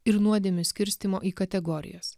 ir nuodėmių skirstymo į kategorijas